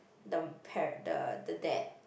the parent the the dad